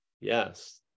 Yes